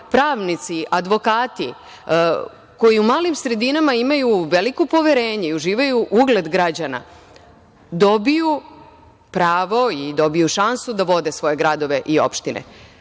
pravnici, advokati, koji u malim sredinama imaju veliko poverenje i uživaju ugled građana, dobiju pravo i dobiju šansu da vode svoje gradove i opštine.